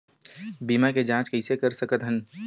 बीमा के जांच कइसे कर सकत हन?